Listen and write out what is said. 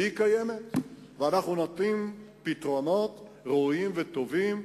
אנחנו נותנים פתרונות ראויים וטובים,